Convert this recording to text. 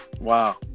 Wow